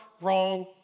wrong